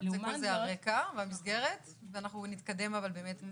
כל זה הרקע והמסגרת, ואנחנו נתקדם באמת קדימה.